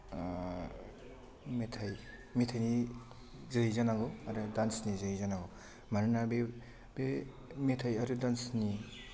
मेथाय मेथायनि जोरै जानांगौ आरो दान्सनि जोहै जानांगौ मानोना बे बे मेथाय आर दान्सनि